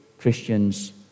Christians